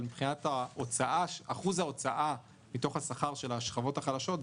מבחינת אחוז ההוצאה מתוך השכר של השכבות החלשות,